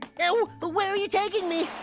so but where are you taking me?